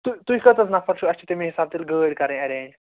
تہٕ تُہۍ کٔژ حظ نَفر چھُو اَسہِ چھِ تَمی حساب تیٚلہِ گٲڑۍ کَرٕنۍ اٮ۪رینٛج